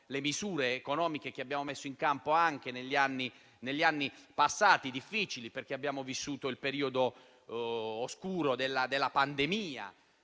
le misure economiche che abbiamo messo in campo anche negli anni passati, che sono stati difficili perché abbiamo vissuto il periodo oscuro della pandemia,